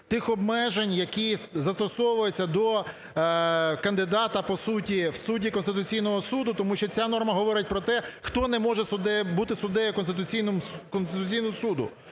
тих обмежень, які застосовуються до кандидата, по суті, в судді Конституційного Суду, тому що ця норма говорить про те, хто не може бути суддею Конституційного Суду.